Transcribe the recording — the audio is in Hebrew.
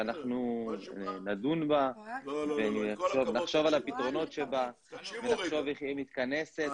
ואנחנו נדון בה ונחשוב על הפתרונות שבה ונחשוב איך היא מתכנסת,